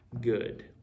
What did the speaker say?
good